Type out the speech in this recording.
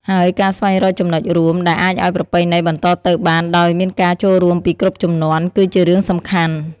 ហើយការស្វែងរកចំណុចរួម ដែលអាចឲ្យប្រពៃណីបន្តទៅបានដោយមានការចូលរួមពីគ្រប់ជំនាន់ គឺជារឿងសំខាន់។